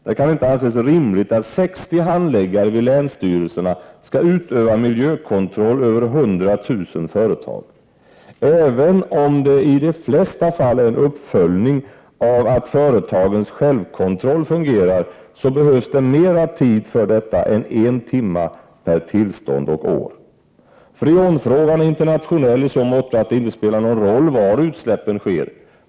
Det kan inte anses rimligt att 60 handläggare vid länsstyrelserna skall utöva kontroll över 100 000 företag. Även om det i de flesta fall bara gäller en uppföljning av att företagens självkontroll fungerar behövs det mer tid för detta än en timme per tillstånd och år. Freonfrågan är internationell i så måtto att det inte spelar någon roll var utsläppen sker.